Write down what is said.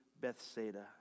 Bethsaida